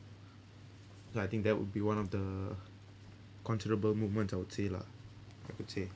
ya I think that would be one of the controllable moment I would say lah I could say